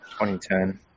2010